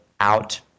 out